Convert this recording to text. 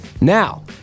Now